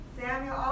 Samuel